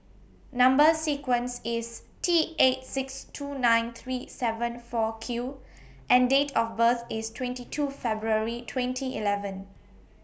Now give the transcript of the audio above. Number sequence IS T eight six two nine three seven four Q and Date of birth IS twenty two February twenty eleven